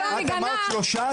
לגבי הדברים